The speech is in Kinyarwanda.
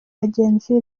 bagenzi